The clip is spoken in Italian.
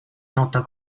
nota